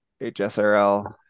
HSRL